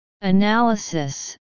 analysis